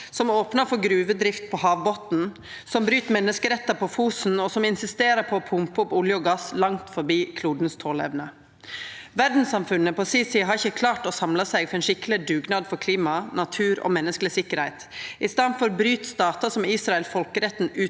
som opnar for gruvedrift på havbotnen, som bryt menneskerettar på Fosen, og som insisterer på å pumpa opp olje og gass langt forbi toleevna til kloden. Verdssamfunnet på si side har ikkje klart å samla seg til ein skikkeleg dugnad for klima, natur og menneskeleg tryggleik. I staden bryt statar som Israel folkeretten utan